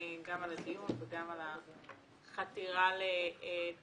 גם על הדיון וגם על החתירה לתוצאות.